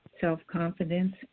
self-confidence